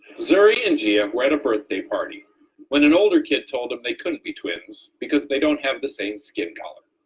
zuri and gia ah were at a birthday party when an older kid told him they couldn't be twins because they don't have the same skin color.